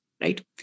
right